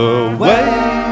away